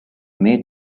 may